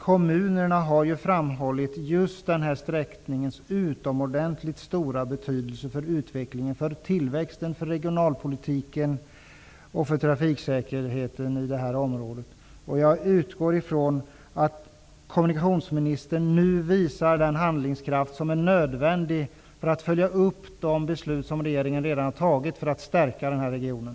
Kommunerna har framhållit just denna sträcknings utomordentligt stora betydelse för utvecklingen, tillväxten, regionalpolitiken och trafiksäkerheten i det här området. Jag utgår ifrån att kommunikationsministern nu visar den handlingskraft som är nödvändig för att man skall kunna följa upp de beslut som regeringen redan har fattat för att stärka den här regionen.